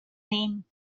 name